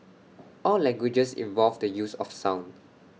all languages involved the use of sound